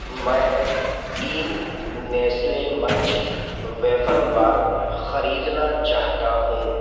मैं तीन Nestle Munch wafer bar खरीदना चाहता हूँ